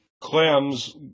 Clams